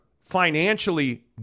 financially